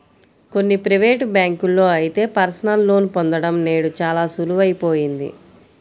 కొన్ని ప్రైవేటు బ్యాంకుల్లో అయితే పర్సనల్ లోన్ పొందడం నేడు చాలా సులువయిపోయింది